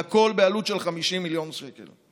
והכול בעלות של 50 מיליון שקל.